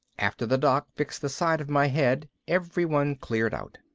after the doc fixed the side of my head, everyone cleared out.